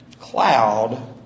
cloud